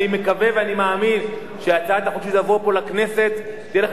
אני מקווה ואני מאמין שכשהצעת החוק תבוא לכנסת תהיה לך